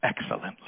excellently